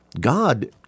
God